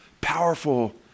powerful